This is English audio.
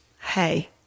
Hey